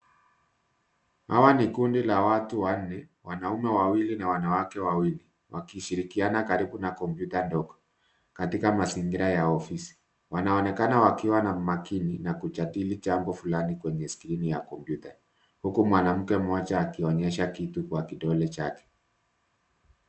Hawa ni kundi la watu wanne, wanaume wawili na wanawake wawili, wakishirikiana karibu na kompyuta ndogo katika mazingira ya ofisi. Wanaonekana wakiwa na umakini na kujadili jambo fulani kwenye skrini ya kompyuta, huku mwanamke mmoja akionyesha kitu kwa kidole chake.